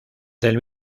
del